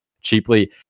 cheaply